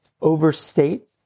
overstate